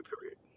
period